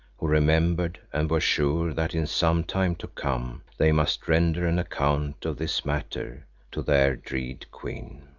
who remembered and were sure that in some time to come they must render an account of this matter to their dread queen.